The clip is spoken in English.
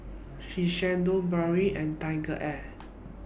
Shiseido Bargo and TigerAir